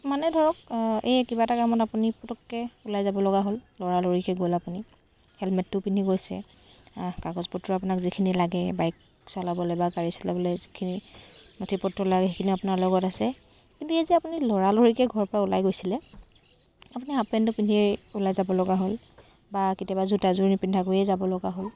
মানে ধৰক এই কিবা এটা কামত আপুনি পুতুককৈ ওলাই যাব লগা হ'ল লৰালৰিকৈ গ'ল আপুনি হেলমেটটোও পিন্ধি গৈছে কাগজ পত্ৰ আপোনাক যিখিনি লাগে বাইক চলাবলৈ বা গাড়ী চলাবলৈ যিখিনি নথি পত্ৰ লাগে সেইখিনি আপোনাৰ লগত আছে কিন্তু এই যে আপুনি লৰালৰিকৈ ঘৰৰ পৰা ওলাই গৈছিলে আপুনি হাফপেণ্টটো পিন্ধিয়ে ওলাই যাব লগা হ'ল বা কেতিয়াবা জোতাযোৰ নিপিন্ধাকৈয়ে যাব লগা হ'ল